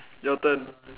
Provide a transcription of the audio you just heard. your turn